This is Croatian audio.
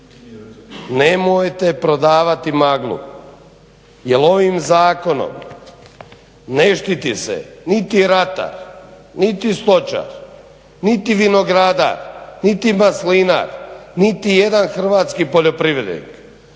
nemojte prodavati maglu jer ovim Zakonom ne štiti se niti ratar, niti stočar, niti vinogradar, niti maslinar, niti jedan hrvatski poljoprivrednik.